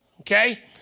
Okay